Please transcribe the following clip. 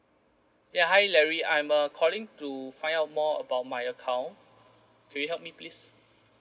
ya hi larry I'm uh calling to find out more about my account could you help me please